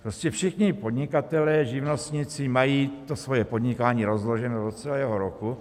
Prostě všichni podnikatelé, živnostníci mají to svoje podnikání rozloženo do celého roku.